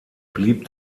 blieb